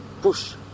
push